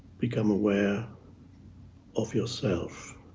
become aware of yourself.